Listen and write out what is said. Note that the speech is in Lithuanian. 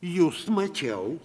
jus mačiau